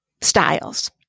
styles